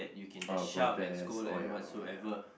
oh protest oh ya oh ya